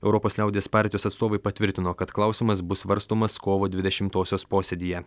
europos liaudies partijos atstovai patvirtino kad klausimas bus svarstomas kovo dvidešimtosios posėdyje